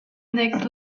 next